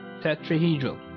tetrahedral